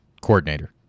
coordinator